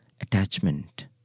attachment